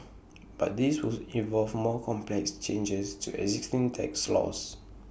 but this would involve more complex changes to existing tax laws